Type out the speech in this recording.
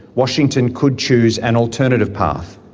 washington could choose an alternative path.